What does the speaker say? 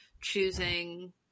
choosing